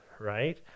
right